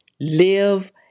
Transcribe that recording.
live